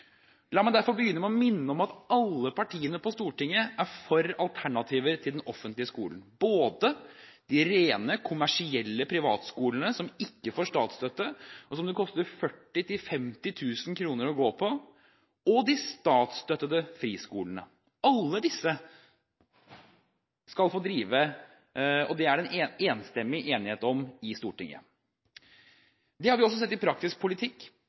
La meg derfor begynne med å minne om at alle partiene på Stortinget er for alternativer til den offentlige skolen – både de rent kommersielle privatskolene, som ikke får statsstøtte, og som det koster 40 000–50 000 kr å gå på, og de statsstøttede friskolene. Alle disse skal få drive, det er det enstemmighet om i Stortinget. Dette har vi også sett i praktisk politikk